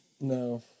no